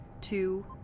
two